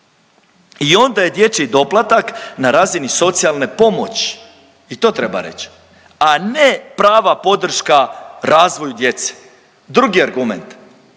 I onda je dječji doplatak na razini socijalne pomoći i to treba reć, a ne prava podrška razvoju djece. Drugi argument,